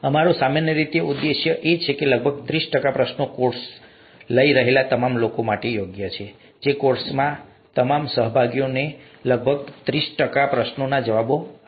અમારો સામાન્ય રીતે ઉદ્દેશ્ય એ છે કે લગભગ ત્રીસ ટકા પ્રશ્નો કોર્સ લઈ રહેલા તમામ લોકો માટે યોગ્ય છે કોર્સના તમામ સહભાગીઓ લગભગ ત્રીસ ટકા પ્રશ્નોના જવાબો આપી શકશે